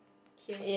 here